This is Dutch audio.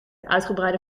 uitgebreide